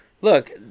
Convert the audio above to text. Look